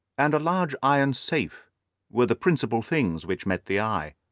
and a large iron safe were the principal things which met the eye.